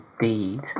indeed